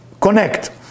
connect